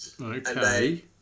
Okay